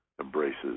embraces